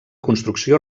construcció